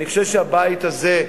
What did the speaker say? אני חושב שהבית הזה,